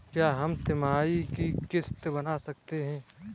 क्या हम तिमाही की किस्त बना सकते हैं?